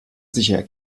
sicher